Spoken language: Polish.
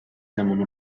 demon